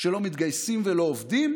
שבו לא מלמדים מתמטיקה ואנגלית,